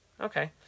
Okay